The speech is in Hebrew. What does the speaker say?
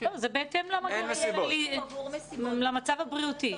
‏זה בהתאם למצב הבריאותי.